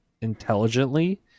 intelligently